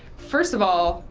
first of all,